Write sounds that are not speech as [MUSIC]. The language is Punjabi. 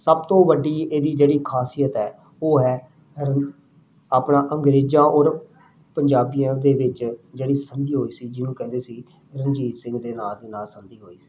ਸਭ ਤੋਂ ਵੱਡੀ ਇਹਦੀ ਜਿਹੜੀ ਖਾਸੀਅਤ ਹੈ ਉਹ ਹੈ [UNINTELLIGIBLE] ਆਪਣਾ ਅੰਗਰੇਜ਼ਾਂ ਔਰ ਪੰਜਾਬੀਆਂ ਦੇ ਵਿੱਚ ਜਿਹੜੀ ਸੰਧੀ ਹੋਈ ਸੀ ਜਿਹਨੂੰ ਕਹਿੰਦੇ ਸੀ ਰਣਜੀਤ ਸਿੰਘ ਦੇ ਨਾਂ ਦੇ ਨਾਲ ਸੰਧੀ ਹੋਈ ਸੀ